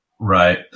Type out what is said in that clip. Right